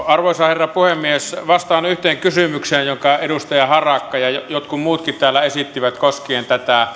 arvoisa herra puhemies vastaan yhteen kysymykseen jonka edustaja harakka ja jotkut muutkin täällä esittivät kos kien